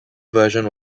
version